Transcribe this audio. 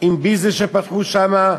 עם ויזה, שפתחו שם,